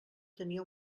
tenia